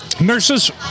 Nurses